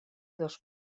dos